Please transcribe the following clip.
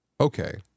okay